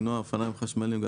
אופניים חשמליים,